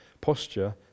posture